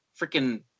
freaking